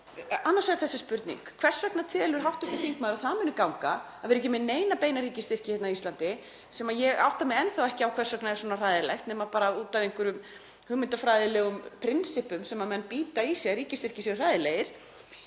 annars vegar þessa spurningu: Hvers vegna telur hv. þingmaður að það muni ganga að vera ekki með neina beina ríkisstyrki hérna á Íslandi, sem ég átta mig enn þá ekki á hvers vegna er svona hræðilegt nema bara út af einhverjum hugmyndafræðilegum prinsippum sem menn bíta í sig, að ríkisstyrkir séu svo hræðilegir?